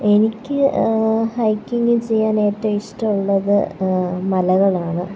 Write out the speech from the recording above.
എനിക്ക് ഹൈക്കിങ്ങ് ചെയ്യാൻ ഏറ്റവും ഇഷ്ടമുള്ളത് മലകളാണ്